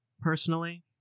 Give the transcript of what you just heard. personally